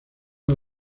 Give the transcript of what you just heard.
uno